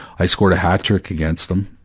i scored a hat trick against him,